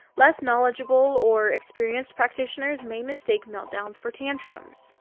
less knowledgeable or experienced practitioners may mistake meltdowns for tantrums.